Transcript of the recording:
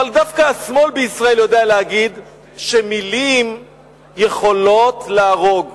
אבל דווקא השמאל בישראל יודע להגיד שמלים יכולות להרוג.